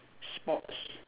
sports